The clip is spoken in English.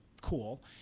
cool